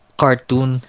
cartoon